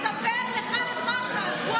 ספר לח'אלד משעל.